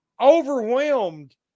overwhelmed